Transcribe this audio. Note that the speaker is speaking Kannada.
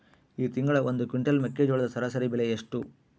ಈ ತಿಂಗಳ ಒಂದು ಕ್ವಿಂಟಾಲ್ ಮೆಕ್ಕೆಜೋಳದ ಸರಾಸರಿ ಬೆಲೆ ಎಷ್ಟು?